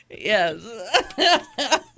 Yes